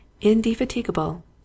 indefatigable